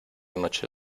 noche